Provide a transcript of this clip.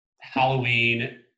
Halloween